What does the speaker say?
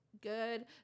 good